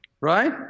Right